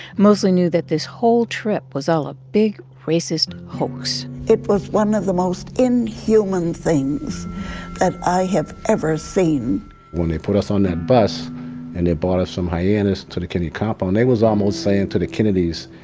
moseley knew that this whole trip was all a big, racist hoax it was one of the most inhuman things that i have ever seen when they put us on that bus and they brought us from hyannis to the kennedy compound, they was almost saying to the kennedys,